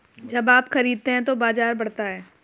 जब आप खरीदते हैं तो बाजार बढ़ता है